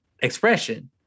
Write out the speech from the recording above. expression